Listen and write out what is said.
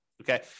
okay